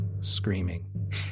screaming